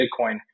Bitcoin